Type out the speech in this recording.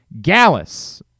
Gallus